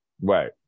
Right